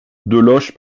deloche